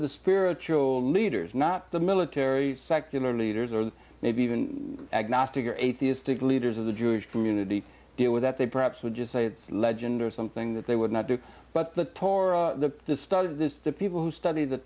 the spiritual leaders not the military secular leaders or maybe even agnostic or atheist to leaders of the jewish community deal with that they perhaps would just say it's legend or something that they would not do but the torah the start of this the people who study the